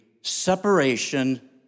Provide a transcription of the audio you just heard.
separation